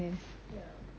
ya